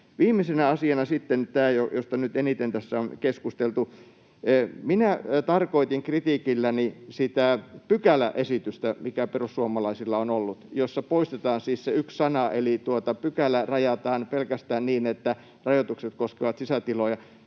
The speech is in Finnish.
Viimeisenä asiana sitten tämä, josta nyt eniten tässä on keskusteltu: Minä tarkoitin kritiikilläni sitä pykäläesitystä, joka perussuomalaisilla on ollut ja jossa poistetaan siis se yksi sana eli pykälä rajataan pelkästään niin, että rajoitukset koskevat sisätiloja.